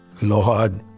lord